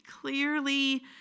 clearly